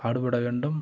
பாடுபட வேண்டும்